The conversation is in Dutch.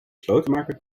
slotenmaker